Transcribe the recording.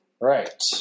right